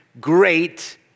great